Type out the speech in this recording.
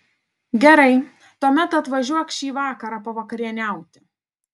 gerai tuomet atvažiuok šį vakarą pavakarieniauti